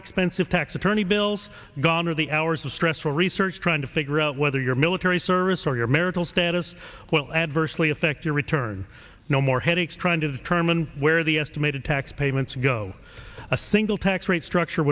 expensive tax attorney bills gone are the hours of stressful research trying to figure out whether your military service or your marital status will adversely affect your return no more headaches trying to determine where the estimated tax payments go a single tax rate structure